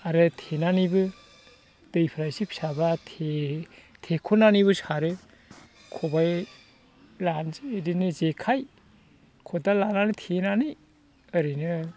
आरो थेनानैबो दैफोरा एसे फिसाबा थेख'नानैबो सारो खबाइ लानोसै बिदिनो जेखाइ खदाल लानानै थेनानै ओरैनो